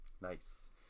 Nice